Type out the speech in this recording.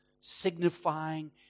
signifying